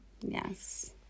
Yes